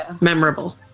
memorable